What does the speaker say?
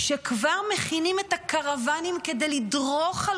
שכבר מכינים את הקרוונים כדי לדרוך על